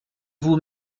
vous